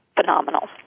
phenomenal